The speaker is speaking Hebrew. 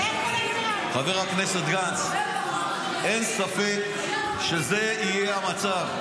חבר הכנסת גנץ, אין ספק שזה יהיה המצב.